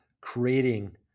creating